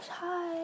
Hi